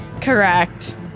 Correct